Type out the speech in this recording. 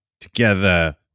together